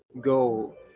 go